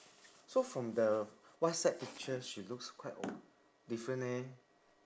so from the whatsapp picture she looks quite o~ different leh